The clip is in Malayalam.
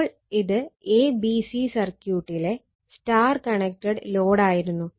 അപ്പോൾ ഇത് a b c സർക്യൂട്ടിലെ സ്റ്റാർ കണക്റ്റഡ് ലോഡ് ആയിരുന്നു